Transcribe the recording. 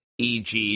EG